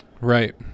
Right